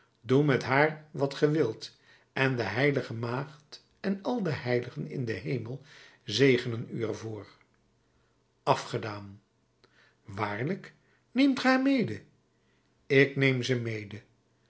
doe met haar wat ge wilt en de h maagd en al de heiligen in den hemel zegenen u er voor afgedaan waarlijk neemt ge haar mede ik neem ze mede